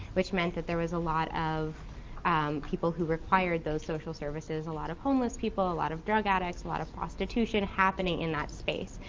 which meant that there was a lot of um people who required those social services, a lot of homeless people, a lot of drug addicts, a lot of prostitution happening in that space.